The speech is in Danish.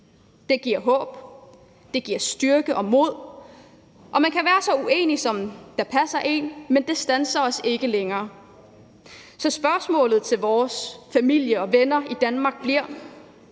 Det giver håb, det giver styrke og mod, og man kan være lige så uenig, som det passer en, men det standser os ikke længere. Så spørgsmålet til vores familie og venner i Danmark bliver: